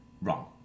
Wrong